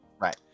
Right